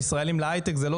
מי שעוקב אחרי התוכניות,